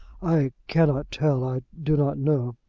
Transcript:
i cannot tell i do not know.